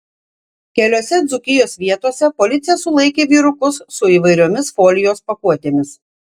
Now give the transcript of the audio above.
keliose dzūkijos vietose policija sulaikė vyrukus su įvairiomis folijos pakuotėmis